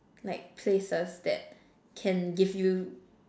like places that can give you